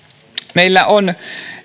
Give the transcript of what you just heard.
meillä on